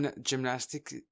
gymnastics